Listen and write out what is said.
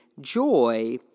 joy